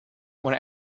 when